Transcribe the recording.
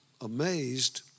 amazed